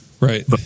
Right